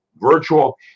virtual